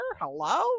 hello